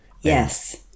Yes